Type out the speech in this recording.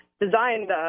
designed